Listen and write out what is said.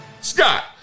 Scott